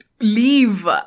Leave